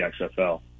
XFL